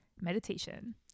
meditation